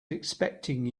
expecting